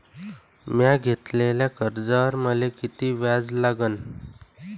म्या घेतलेल्या कर्जावर मले किती व्याज लागन?